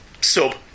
sub